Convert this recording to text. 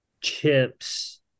chips